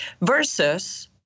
versus